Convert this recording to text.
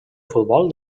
futbol